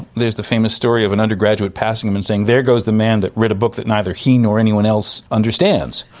there's the famous story of an undergraduate passing him and saying, there goes the man that writt a book that neither he nor anyone else understands.